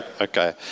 Okay